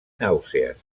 nàusees